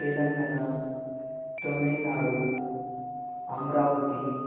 Telangana Tamil Nadu Amravati